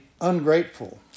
ungrateful